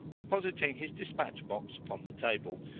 depositing his dispatch-box upon the table,